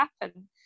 happen